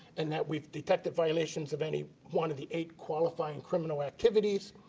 and that we detect the violations of any one of the eight qualifying criminal activities,